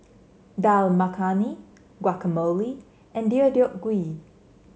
Dal Makhani Guacamole and Deodeok Gui